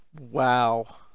Wow